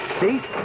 See